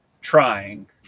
trying